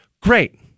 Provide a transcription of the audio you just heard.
Great